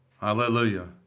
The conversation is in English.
Hallelujah